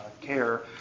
care